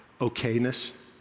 okayness